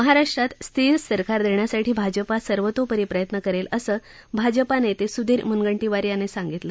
महाराष्ट्रात स्थिर सरकार देण्यासाठी भाजपा सर्वतोपरी प्रयत्न करेल असं भाजपानेते सुधीर मुनगंटीवार यांनी सांगितलं